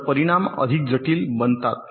तर परिणाम अधिक जटिल बनतात